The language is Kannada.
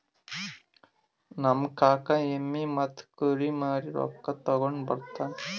ನಮ್ ಕಾಕಾ ಎಮ್ಮಿ ಮತ್ತ ಕುರಿ ಮಾರಿ ರೊಕ್ಕಾ ತಗೊಂಡ್ ಬರ್ತಾನ್